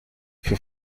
für